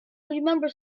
remember